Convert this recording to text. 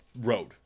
road